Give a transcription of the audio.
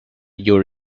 your